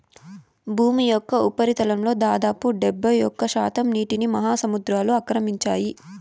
భూమి యొక్క ఉపరితలంలో దాదాపు డెబ్బైఒక్క శాతం నీటిని మహాసముద్రాలు ఆక్రమించాయి